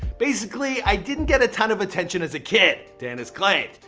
basically i didn't get a ton of attention as a kid, dan has like